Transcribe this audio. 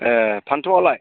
ए फानथावालाय